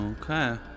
Okay